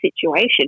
situation